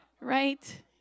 right